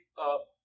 up